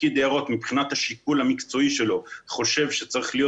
ופקיד היערות מבחינת השיקול המקצועי שלו חושב שצריכים להיות